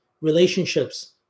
relationships